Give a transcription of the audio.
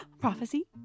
prophecy